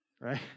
Right